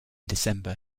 december